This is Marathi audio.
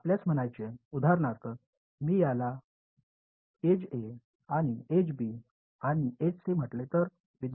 आपल्यास म्हणायचे उदाहरणार्थ मी याला एज ए आणि एज बी आणि एज सी म्हटले तर